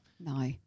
No